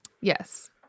Yes